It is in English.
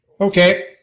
Okay